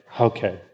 okay